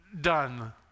done